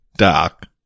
Doc